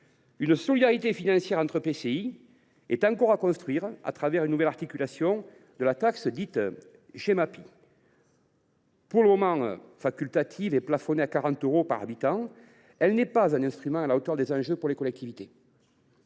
Une solidarité financière entre EPCI est encore à construire au travers d’une nouvelle articulation de la taxe Gemapi. Pour le moment facultative et plafonnée à 40 euros par habitant, elle n’est pas un instrument à la hauteur des enjeux pour les collectivités.